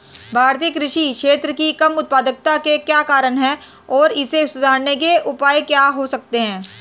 भारतीय कृषि क्षेत्र की कम उत्पादकता के क्या कारण हैं और इसे सुधारने के उपाय क्या हो सकते हैं?